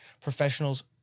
professionals